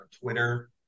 Twitter